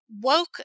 woke